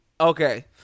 okay